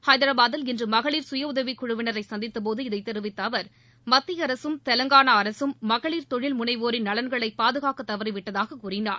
ஹைதராபாத்தில் இன்று மகளிர் சுயஉதவிக் குழுவினரை சந்தித்தபோது இதைத் தெரிவித்த அவர் மத்திய அரசும் தெலங்கானா அரசும் மகளிர் தொழில் முனைவோரின் நலன்களை பாதுகாக்க தவறிவிட்டதாக கூறினார்